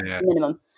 minimum